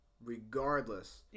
regardless